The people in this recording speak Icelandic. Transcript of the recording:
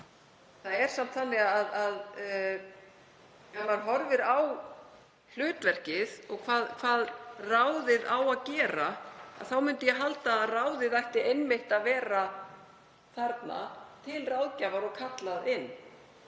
Það er samt þannig að ef maður horfir á hlutverkið og hvað ráðið á að gera þá myndi ég halda að það ætti einmitt að vera þarna til ráðgjafar og vera kallað inn